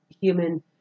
human